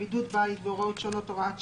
(בידוד בית והוראות שונות) (הוראת שעה)"